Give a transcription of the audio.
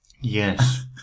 yes